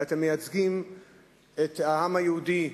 אלא את העם היהודי,